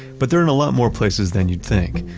but they're in a lot more places than you'd think,